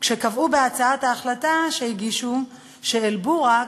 כשקבעו בהצעת ההחלטה שהגישו שאל-בוראק,